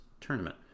tournament